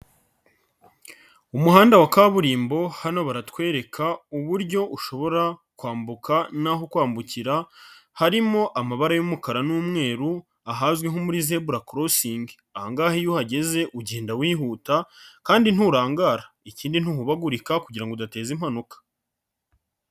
Umuhanda wa kaburimbo hano baratwereka uburyo ushobora kwambuka naho kwambukira, harimo amabara y'umukara n'umweru, ahazwi nko muri zebla- crossing. Aha ngaha iyo uhageze ugenda wihuta kandi nturangara, ikindi ntuhubagurika kugira ngo udateza impanuka.